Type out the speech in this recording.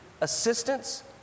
assistance